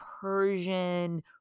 Persian